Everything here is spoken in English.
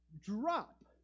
drop